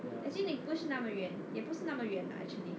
actually 你不是那么远也不是那么远啦 actually